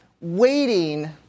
waiting